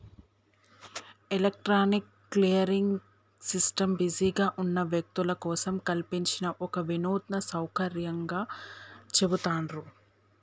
electronic clearing system బిజీగా ఉన్న వ్యక్తుల కోసం కల్పించిన ఒక వినూత్న సౌకర్యంగా చెబుతాండ్రు